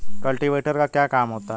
Cultivator का क्या काम होता है?